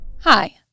Hi